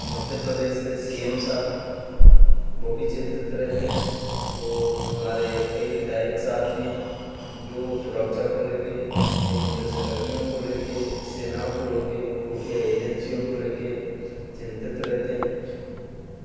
मध्य प्रदेश के C M साहब वो भी चिंतित रहते हैं और हमारे कई विधायक साहब जी हैं जो सुरक्षा को लेके कई पुलिस कर्मियों को लेके सेनाओं को रोके खूफिया एजेंसियों को लेके चिंतित रहते हैं